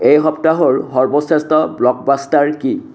এই সপ্তাহৰ সৰ্বশ্ৰেষ্ঠ ব্লকবাষ্টাৰ কি